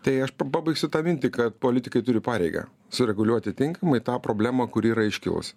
tai aš pa pabaigsiu tą mintį kad politikai turi pareigą sureguliuoti tinkamai tą problemą kuri yra iškilus